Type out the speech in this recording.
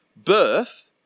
birth